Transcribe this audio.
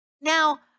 Now